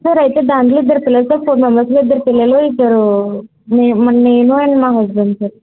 sir అయితే దాంట్లో ఇద్దరు పిల్లలు సార్ ఫోర్ మెంబర్స్లో ఇద్దరు పిల్లలు ఇద్దరు మే మరి నేను అండ్ మా హస్బెండ్ సార్